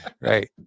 right